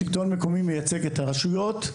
השלטון המקומי מייצג את הרשויות,